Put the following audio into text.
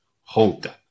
Hold